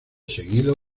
seguido